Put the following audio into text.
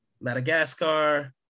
madagascar